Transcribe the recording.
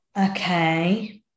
Okay